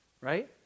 Right